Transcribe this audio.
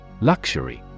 Luxury